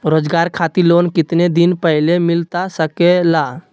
रोजगार खातिर लोन कितने दिन पहले मिलता सके ला?